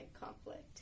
conflict